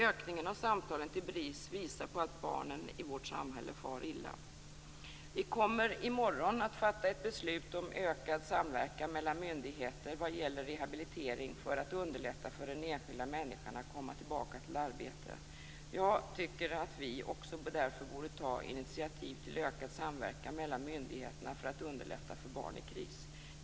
Ökningen av samtalen till BRIS visar på att barnen i vårt samhälle far illa. Vi kommer i morgon att fatta ett beslut om ökad samverkan mellan myndigheter vad gäller rehabilitering för att underlätta för den enskilda människan att komma tillbaka till arbete. Jag tycker att vi därför också borde ta initiativ till ökad samverkan mellan myndigheterna för att underlätta för barn i kris.